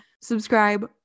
Subscribe